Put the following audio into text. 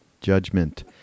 Judgment